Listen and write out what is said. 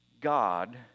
God